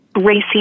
racing